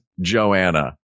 Joanna